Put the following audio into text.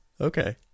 okay